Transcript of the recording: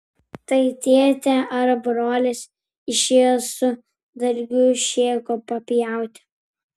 tai tėtė ar brolis išėjo su dalgiu šėko papjauti